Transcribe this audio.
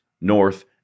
north